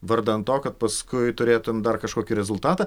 vardan to kad paskui turėtum dar kažkokį rezultatą